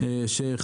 ראשית,